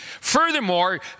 furthermore